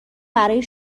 برای